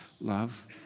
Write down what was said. love